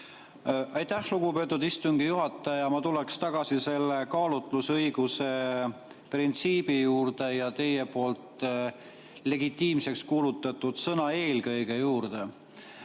Aitäh, lugupeetud istungi juhataja! Ma tuleks tagasi selle kaalutlusõiguse printsiibi juurde ja teie poolt legitiimseks kuulutatud sõna "eelkõige" juurde.